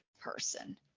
person